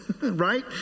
right